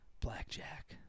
Blackjack